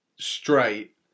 straight